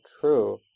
true